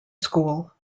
school